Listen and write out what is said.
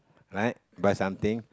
right buy something